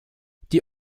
die